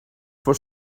for